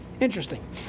Interesting